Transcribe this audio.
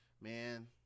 Man